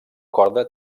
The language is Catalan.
corda